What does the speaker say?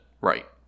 right